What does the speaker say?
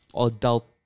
adult